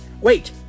Wait